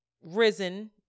risen